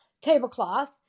tablecloth